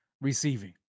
receiving